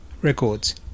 Records